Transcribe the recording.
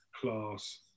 class